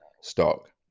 stock